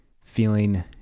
Feeling